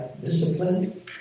discipline